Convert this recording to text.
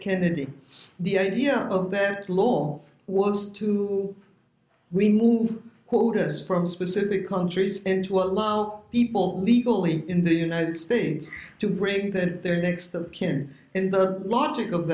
kennedy the idea that law was to remove quotas from specific countries and to allow people legally in the united states to bring that their next of kin and the logic of